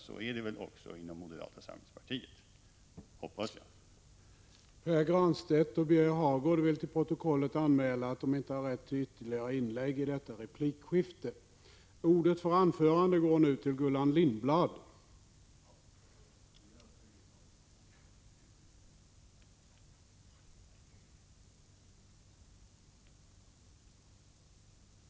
Det är väl också så inom moderata samlingspartiet, hoppas jag.